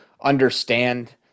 understand